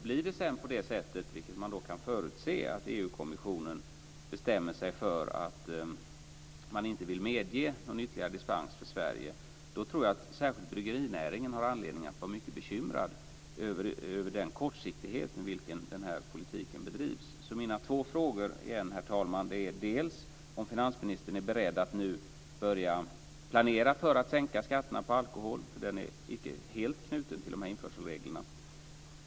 Blir det sedan på det sättet, vilket man kan förutse, att EU-kommissionen bestämmer sig för att man inte vill medge någon ytterligare dispens för Sverige tror jag att särskilt bryggerinäringen har anledning att vara mycket bekymrad över den kortsiktighet med vilken den här politiken bedrivs. Min första fråga, herr talman, är återigen om finansministern är beredd att nu börja planera för att sänka skatterna på alkohol, för det är inte helt knutet till införselreglerna.